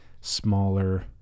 smaller